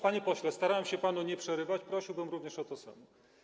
Panie pośle, starałem się panu nie przerywać, prosiłbym o to samo.